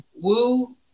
woo